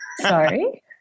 Sorry